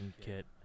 kit